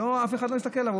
אף אחד לא הסתכל עליו.